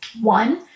one